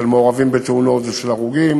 של מעורבים בתאונות ושל הרוגים.